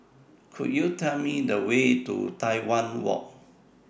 Could YOU Tell Me The Way to Tai Hwan Walk